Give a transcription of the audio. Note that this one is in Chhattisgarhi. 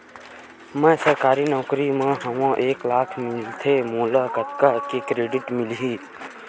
मैं सरकारी नौकरी मा हाव एक लाख मिलथे मोला कतका के क्रेडिट मिलही?